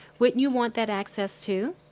wouldn't you want that access too?